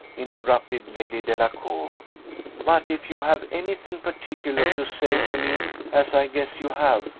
interrupted lady delacour but if you have any thing particular to say to me as i guess you have,